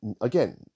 again